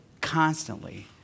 constantly